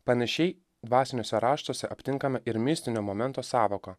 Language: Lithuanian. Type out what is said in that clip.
panašiai dvasiniuose raštuose aptinkame ir mistinio momento sąvoką